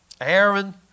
Aaron